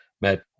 Met